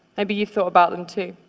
maybe you've thought about them, too.